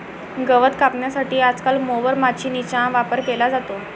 गवत कापण्यासाठी आजकाल मोवर माचीनीचा वापर केला जातो